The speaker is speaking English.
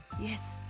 Yes